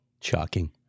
Shocking